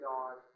God